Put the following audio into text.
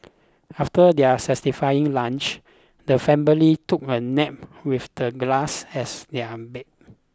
after their satisfying lunch the family took a nap with the grass as their bed